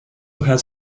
has